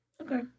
okay